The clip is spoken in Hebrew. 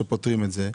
שפותרים את זה.